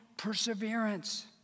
perseverance